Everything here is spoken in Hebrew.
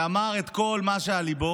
אמרתי שאני אקרא לסדר.